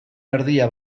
erdia